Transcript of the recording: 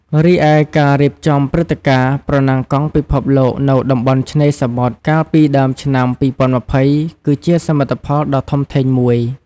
រីឯ ការរៀបចំព្រឹត្តិការណ៍ «ប្រណាំងកង់ពិភពលោកនៅតំបន់ឆ្នេរសមុទ្រ» កាលពីដើមឆ្នាំ ២០២០ គឺជាសមិទ្ធផលដ៏ធំធេងមួយ។